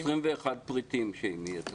יש 21 פריטים, אם יהיה תקציב.